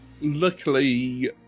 luckily